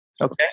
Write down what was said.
Okay